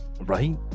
Right